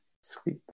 Sweet